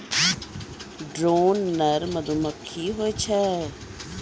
drone नर मधुमक्खी होय छै